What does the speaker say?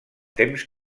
temps